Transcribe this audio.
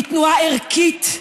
היא תנועה ערכית,